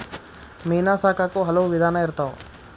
ಮೇನಾ ಸಾಕಾಕು ಹಲವು ವಿಧಾನಾ ಇರ್ತಾವ